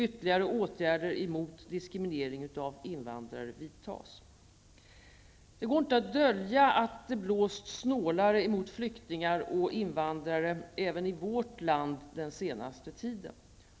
Ytterligare åtgärder mot diskriminering av invandrare skall vidtas. Det går inte att dölja att det blåst snålare mot flyktingar och invandrare även i vårt land den senaste tiden.